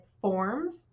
forms